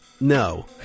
no